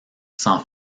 sans